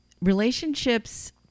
relationships